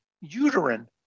uterine